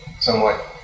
somewhat